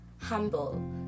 humble